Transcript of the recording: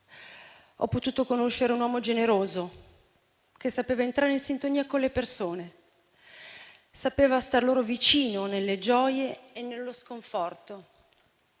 Ho potuto conoscere un uomo generoso, che sapeva entrare in sintonia con le persone. Sapeva star loro vicino, nelle gioie e nello sconforto.